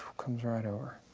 comes right over.